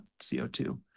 CO2